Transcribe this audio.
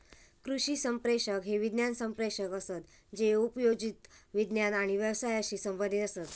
कृषी संप्रेषक हे विज्ञान संप्रेषक असत जे उपयोजित विज्ञान आणि व्यवसायाशी संबंधीत असत